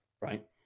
right